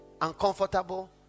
Uncomfortable